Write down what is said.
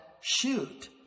Shoot